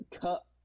cut